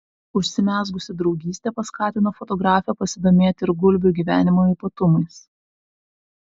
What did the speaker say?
užsimezgusi draugystė paskatino fotografę pasidomėti ir gulbių gyvenimo ypatumais